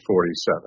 47